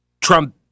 Trump